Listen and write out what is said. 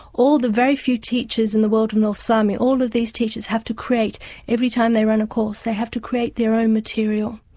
all the very few teachers in the world of north sami, all of these teachers have to create every time they run a course, they have to create their own material.